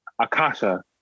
Akasha